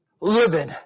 living